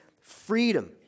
freedom